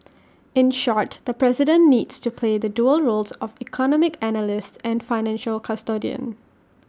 in short the president needs to play the dual roles of economic analyst and financial custodian